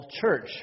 church